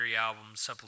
albums